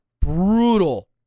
brutal